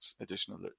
additional